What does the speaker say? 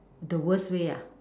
the worst way ah